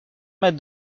mètres